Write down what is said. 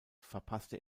verpasste